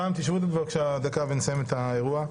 רם, תשבו בבקשה דקה ונסיים את האירוע.